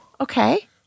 Okay